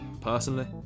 personally